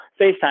FaceTime